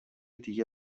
دیگه